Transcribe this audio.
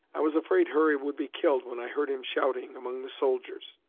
i was afraid hurry would be killed, when i heard him shouting among the soldiers.